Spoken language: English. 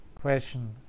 Question